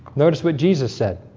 notice what jesus said